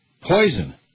Poison